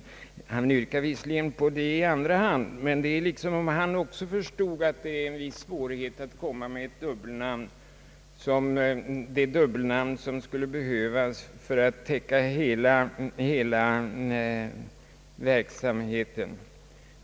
Herr Edström yrkade visserligen på detta namn i andra hand, men det verkar som om han också förstod att det är en viss svårigheti att använda det dubbelnamn som skulle behövas för att täcka hela verksamheten.